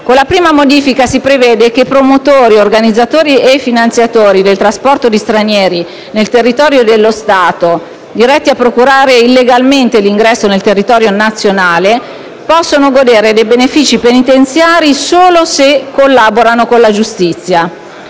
Con la prima modifica si prevede che anche i promotori, organizzatori e finanziatori del trasporto di stranieri nel territorio dello Stato diretti a procurarne illegalmente l'ingresso nel territorio nazionale possano godere dei benefici penitenziari solo se collaborano con la giustizia